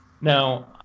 Now